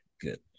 Good